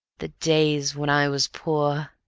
the days when i was poor.